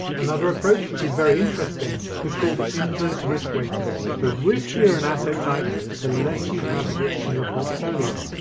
another approach which is very interesting is called inverse risk weighting. the riskier an asset type the less you have of it in your portfolio.